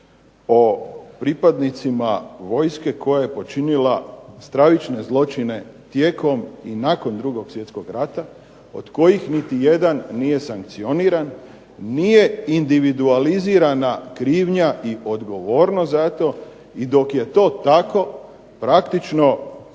o pripadnicima vojske koja je počinila stravične zločine tijekom i nakon 2. svjetskog rata, od kojih niti jedan nije sankcioniran, nije individualizirana krivnja i odgovornost za to i dok je to tako praktično